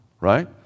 right